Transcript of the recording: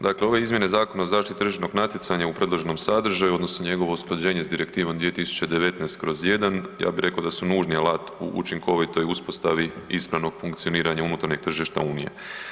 Dakle, ove izmjene Zakona o zaštiti tržišnog natjecanja u predloženom sadržaju odnosno njegovo usklađenje s Direktivom 2019/1 ja bi rekao da su nužni alat u učinkovitoj uspostavi ispravnog funkcioniranja unutarnjeg tržišta Unije.